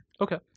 Okay